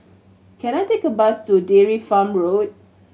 can I take a bus to Dairy Farm Road